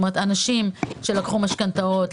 לאנשים שלקחו משכנתאות,